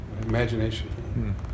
imagination